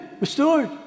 restored